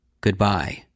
Goodbye